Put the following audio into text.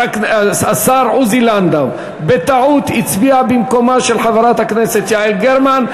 השר עוזי לנדאו בטעות הצביע במקומה של חברת הכנסת יעל גרמן,